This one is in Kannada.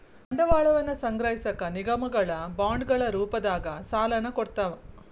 ಬಂಡವಾಳವನ್ನ ಸಂಗ್ರಹಿಸಕ ನಿಗಮಗಳ ಬಾಂಡ್ಗಳ ರೂಪದಾಗ ಸಾಲನ ಕೊಡ್ತಾವ